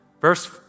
verse